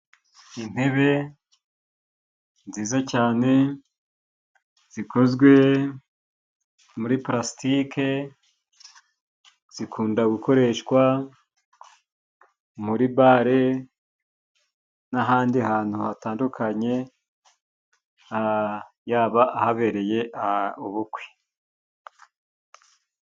Intebe nziza cyane zikozwe muri parasitike, zikunda gukoreshwa muri bare n'ahandi hantu hatandukanye, yaba ahabereye ubukwe.